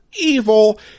evil